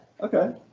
Okay